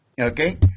Okay